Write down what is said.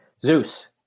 Zeus